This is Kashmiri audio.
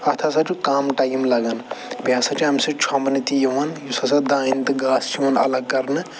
اَتھ ہَسا چھُ کَم ٹایِم لَگان بیٚیہِ ہَسا چھِ اَمہِ سۭتۍ چھۄنٛمبہٕ تہِ یِوان یُس ہَسا دانہِ تہٕ گاسہٕ چھُ یِوان الگ کَرنہٕ